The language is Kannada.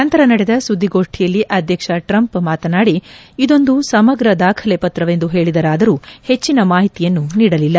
ನಂತರ ನಡೆದ ಸುದ್ಲಿಗೋಷ್ಠಿಯಲ್ಲಿ ಅಧ್ಯಕ್ಷ ಟ್ರಂಪ್ ಮಾತನಾಡಿ ಇದೊಂದು ಸಮಗ್ರ ದಾಖಲೆ ಪ್ರತ್ರವೆಂದು ಹೇಳಿದರಾದರೂ ಹೆಚ್ಚಿನ ಮಾಹಿತಿಯನ್ನು ನೀಡಲಿಲ್ಲ